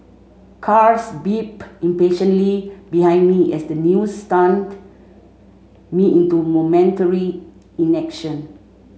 cars beeped impatiently behind me as the news stunned me into momentary inaction